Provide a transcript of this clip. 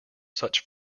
such